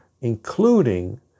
including